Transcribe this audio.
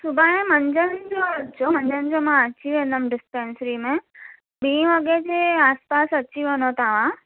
सुभाणे मंझंनि जो अचो मंझंनि जो मां अची वेंदमि डिस्पेंसरी में ॿी वगे जे आसपास अची वञो तव्हां